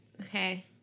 Okay